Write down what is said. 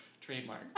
Trademark